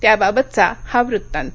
त्याबाबतचा हा वृत्तांत